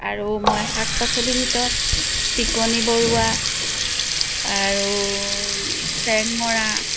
আৰু মই শাক পাচলিৰ ভিতৰত টিকনি বৰুৱা আৰু চেংমৰা